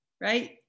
right